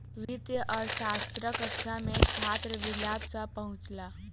वित्तीय अर्थशास्त्रक कक्षा मे छात्र विलाभ सॅ पहुँचल